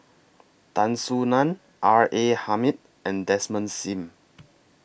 Tan Soo NAN R A Hamid and Desmond SIM